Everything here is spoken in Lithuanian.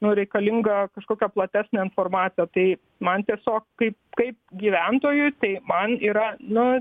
nu reikalinga kažkokia platesnė informacija tai man tiesiog kaip kaip gyventojui tai man yra nu